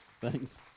thanks